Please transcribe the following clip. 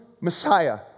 messiah